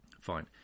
Fine